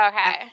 Okay